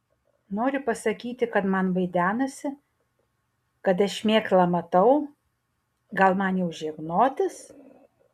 nori pasakyti kad man vaidenasi kad aš šmėklą matau gal man jau žegnotis